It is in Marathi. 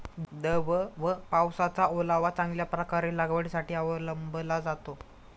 दव व पावसाचा ओलावा चांगल्या प्रकारे लागवडीसाठी अवलंबला जातो